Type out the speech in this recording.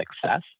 success